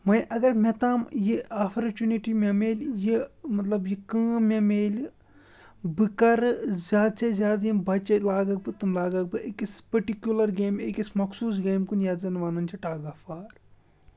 وۄنۍ اگر مےٚ تام یہِ اپرچیونِٹی مےٚ میلہِ یہِ مطلب یہِ کٲم مےٚ میلہِ بہٕ کَرٕ زیادٕ سے زیادٕ یِم بچے لاگَکھ بہٕ تِم لاگَکھ بہٕ أکِس پٔٹِکیوٗلَر گیمہِ أکِس مخصوٗص گیمہِ کُن یَتھ زَن وَنان چھِ ٹگ آف وار